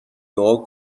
دعا